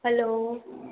hello